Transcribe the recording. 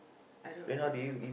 I don't know